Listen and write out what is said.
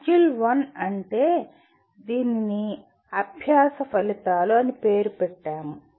module 1 అంటే మనము దీనిని "అభ్యాస ఫలితాలు" అని పేరు పెట్టాము